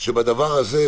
שבדבר הזה,